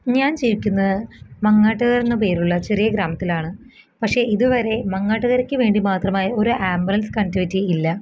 ഞാൻ ജീവിക്കുന്നത് മങ്ങാട്ടുകര എന്ന് പേരുള്ള ചെറിയ ഗ്രാമത്തിലാണ് പക്ഷെ ഇതുവരെ മങ്ങാട്ടുകരക്ക് മാത്രമായി ഒരു ആംബുലൻസ് കണക്റ്റിവിറ്റി ഇല്ല